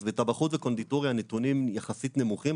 אז בטבחות וקונדיטוריה הנתונים יחסית נמוכים,